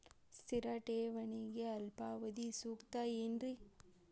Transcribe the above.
ಸ್ಥಿರ ಠೇವಣಿಗೆ ಅಲ್ಪಾವಧಿ ಸೂಕ್ತ ಏನ್ರಿ?